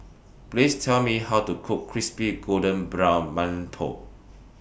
Please Tell Me How to Cook Crispy Golden Brown mantou